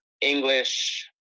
english